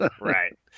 Right